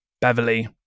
Beverly